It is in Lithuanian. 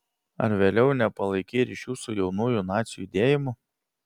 ar vėliau nepalaikei ryšių su jaunųjų nacių judėjimu